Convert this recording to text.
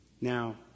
Now